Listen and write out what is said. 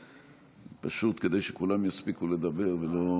פשוט כדי שכולם יספיקו לדבר ולא